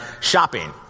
shopping